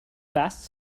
fast